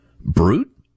Brute